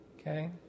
Okay